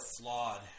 flawed